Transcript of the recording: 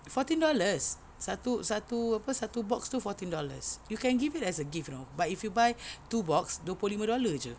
fourteen dollars satu satu satu ape box tu fourteen dollars you can give it as a gift you know but if you buy two box dua puluh lima dolar jer